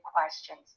questions